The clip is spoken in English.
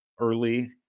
early